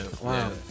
Wow